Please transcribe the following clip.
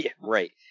Right